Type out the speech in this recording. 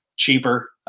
cheaper